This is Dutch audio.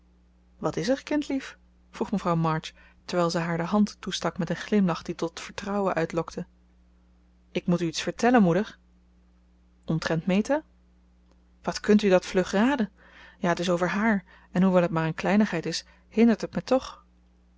wat is er kindlief vroeg mevrouw march terwijl ze haar de hand toestak met een glimlach die tot vertrouwen uitlokte ik moet u iets vertellen moeder omtrent meta wat kunt u dat vlug raden ja t is over haar en hoewel het maar een kleinigheid is hindert het mij toch